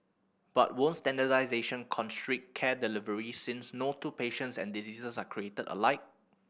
but won't standardisation constrict care delivery since no two patients and diseases are created alike